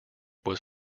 was